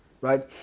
Right